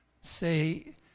Say